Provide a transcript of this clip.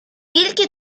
wielkie